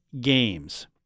games